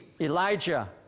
Elijah